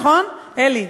נכון, אלי?